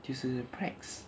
就是 prex